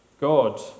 God